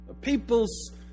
People's